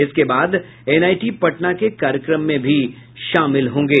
इसके बाद एनआईटी पटना के कार्यक्रम में शामिल होंगे